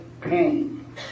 pain